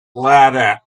ladder